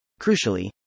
Crucially